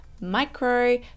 micro